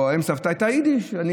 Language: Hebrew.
שפת אם הסבתא הייתה יידיש.